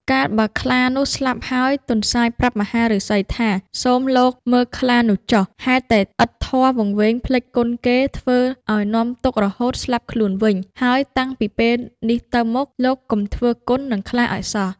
កាលបើខ្លានោះស្លាប់ហើយ ទន្សាយប្រាប់មហាឫសីថា សូមលោកមើលខ្លានោះចុះ ហេតុតែឥតធម៌វង្វេងភ្លេចគុណគេ ធ្វើឱ្យនាំទុក្ខរហូតស្លាប់ខ្លួនវិញ ហើយតាំងពីពេលនេះទៅមុខ លោកកុំធ្វើគុណនឹងខ្លាឱ្យសោះ។